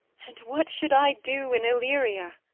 and what should i do in illyria?